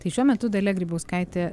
tai šiuo metu dalia grybauskaitė